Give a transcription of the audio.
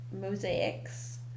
mosaics